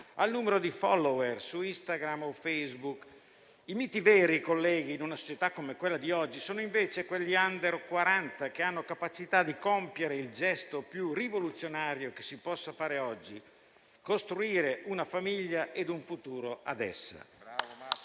al numero di *follower* su Instagram o Facebook. I miti veri, colleghi, in una società come quella di oggi, sono invece quegli *under* 40 che hanno la capacità di compiere il gesto più rivoluzionario che si possa fare oggi: costruire una famiglia e dare ad essa